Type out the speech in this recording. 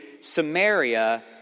Samaria